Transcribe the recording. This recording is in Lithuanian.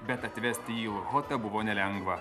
bet atvesti į ochotą buvo nelengva